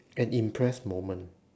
an impressed moment